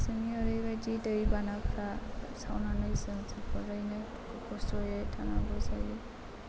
जोंनि ओरैबायदि दै बानाफोरा लोमसावनानै जों जोबोरैनो खस्त'यै थानांगौ जायो